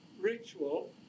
ritual